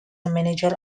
manager